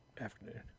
afternoon